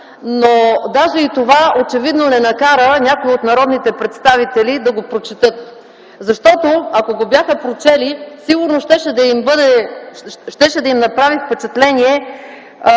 но даже и това очевидно не накара някои от народните представители да го прочетат. Ако го бяха прочели, сигурно щеше да им направи впечатлените